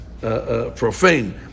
profane